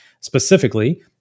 specifically